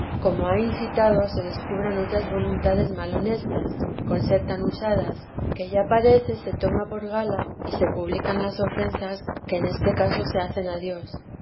como ha incitado se descubran otras voluntades mal honestas con ser tan usadas que ya parece se toma por gala y se publican las ofensas que en este caso se hacen a dios